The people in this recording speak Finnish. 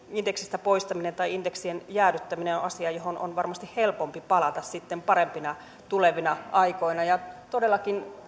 indeksistä poistaminen tai indeksin jäädyttäminen on asia johon on varmasti helpompi palata sitten parempina tulevina aikoina ja todellakin